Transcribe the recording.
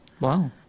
Wow